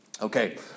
Okay